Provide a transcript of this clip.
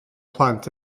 plant